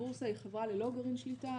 הבורסה היא חברה ללא גרעין שליטה,